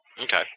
Okay